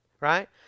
right